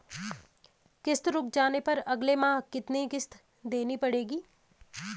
किश्त रुक जाने पर अगले माह कितनी किश्त देनी पड़ेगी?